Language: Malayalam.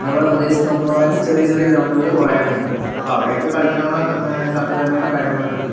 നമ്മുടെ പ്രദേശത്ത് നോക്കണ പറയുമ്പോൾ ചെറിയ ചെറിയ ഗ്രൗണ്ടുകൾ കുറേ എണ്ണം ഉണ്ട് അപ്പോൾ അവിടെയൊക്കെ കളിക്കാനുള്ള സംവിധാ സംവിധാനങ്ങള് കാര്യങ്ങളൊക്കെയുണ്ട്